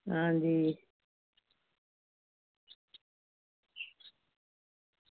आं जी